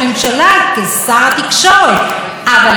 אבל היום אנחנו מעבירים סמכויות של ראש הממשלה